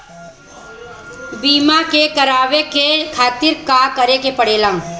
बीमा करेवाए के खातिर का करे के पड़ेला?